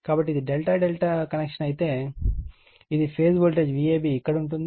కాబట్టి ఇది ∆∆ కనెక్షన్ అయితే ఇది ఫేజ్ వోల్టేజ్ Vab ఇక్కడ ఉంటుంది